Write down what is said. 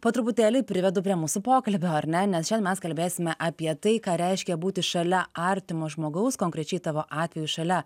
po truputėlį privedu prie mūsų pokalbio ar net nes šiandien mes kalbėsime apie tai ką reiškia būti šalia artimo žmogaus konkrečiai tavo atveju šalia